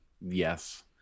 Yes